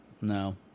No